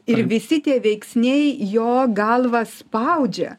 ir visi tie veiksniai jo galvą spaudžia